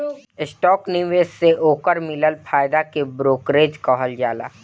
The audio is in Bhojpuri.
स्टाक निवेश से ओकर मिलल फायदा के ब्रोकरेज कहल जाला